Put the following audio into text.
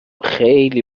خیلی